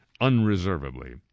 unreservedly